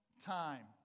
time